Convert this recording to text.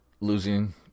losing